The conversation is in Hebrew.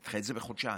נדחה את זה בחודשיים,